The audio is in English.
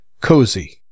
Cozy